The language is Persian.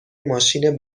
ماشین